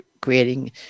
creating